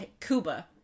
Cuba